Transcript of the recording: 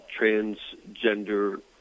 transgender